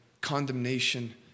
condemnation